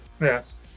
Yes